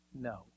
No